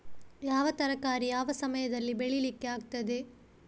ಯಾವ ತರಕಾರಿ ಯಾವ ಸಮಯದಲ್ಲಿ ಬೆಳಿಲಿಕ್ಕೆ ಆಗ್ತದೆ?